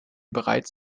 bereits